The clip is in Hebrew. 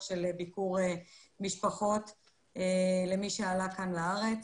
של ביקור משפחות למי שעלה כאן לארץ.